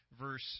verse